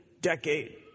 decade